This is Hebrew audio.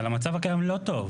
אבל המצב הקיים לא טוב.